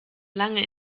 lange